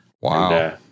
wow